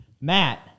Matt